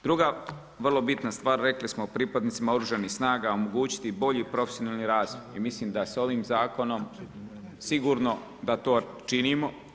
Druga vrlo bitna stvar, rekli smo pripadnicima Oružanih snaga omogućiti bolji profesionalni razvoj i mislim da s ovim zakonom sigurno da to činimo.